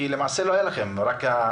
כי למעשה לא היה לכם רישום.